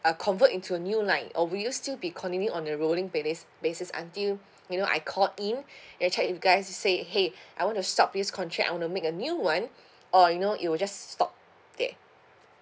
uh convert into a new line or will you still be continue on the rolling basi~ basics until you know I called in and chat you guys to say !hey! I want to stop this contract I want to make a new one or you know it will just stop there